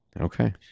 Okay